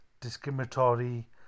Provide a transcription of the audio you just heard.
discriminatory